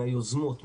מהיוזמות,